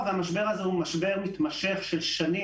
משרד החוץ עבר תהליך של ריסוק לאורך לא מעט שנים,